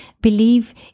believe